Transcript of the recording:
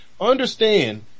understand